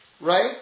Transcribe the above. right